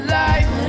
life